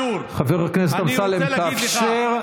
לך,